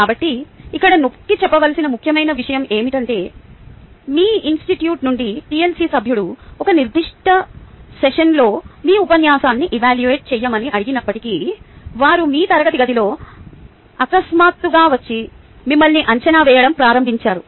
కాబట్టి ఇక్కడ నొక్కి చెప్పవలసిన ముఖ్యమైన విషయం ఏమిటంటే మీ ఇన్స్టిట్యూట్ నుండి TLC సభ్యుడు ఒక నిర్దిష్ట సెషన్లో మీ ఉపన్యాసాన్ని ఎవాల్యూట్ చెయ్యమని అడిగినప్పటికీ వారు మీ తరగతి గదిలో అకస్మాత్తుగా వచ్చి మిమ్మల్ని అంచనా వేయడం ప్రారంభించరు